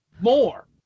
more